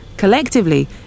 Collectively